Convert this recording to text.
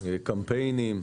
קמפיינים.